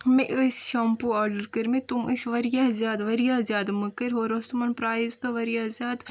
مےٚ ٲسۍ shampoo order کٔرۍ مٕتۍ تِم ٲس وارِیاہ زیادٕ وارِیاہ زیادٕ مٔکرۍ ہورٕ اوس تٕمن پرایز تہِ وارِیاہ زیادٕ